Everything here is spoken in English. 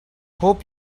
hope